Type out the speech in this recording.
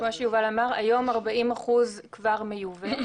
כמו שיובל אמר, היום 40 אחוזים כבר מיוצא.